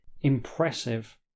impressive